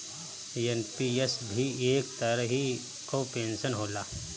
NPS भी एक तरही कअ पेंशन होला